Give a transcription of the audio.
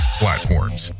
platforms